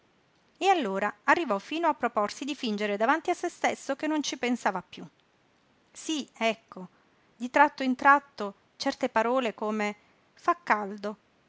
e allora arrivò fino a proporsi di fingere davanti a se stesso che non ci pensava piú sí ecco di tratto in tratto certe parole come fa caldo